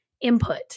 input